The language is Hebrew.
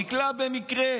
הוא נקלע במקרה,